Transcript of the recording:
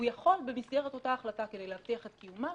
הוא יכול במסגרת אותה החלטה כדי להבטיח את קיומה,